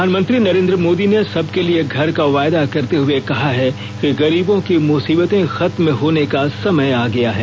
प्रधानमंत्री नरेन्द्र मोदी ने सबके लिए घर का वायदा करते हए कहा है कि गरीबों की मूसीबतें खत्म होने का समय आ गया है